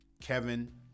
Kevin